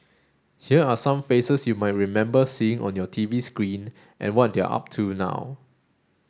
here are some faces you might remember seeing on your TV screen and what they're up to now